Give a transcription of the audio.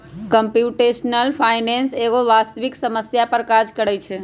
computational finance एगो वास्तविक समस्या पर काज करइ छै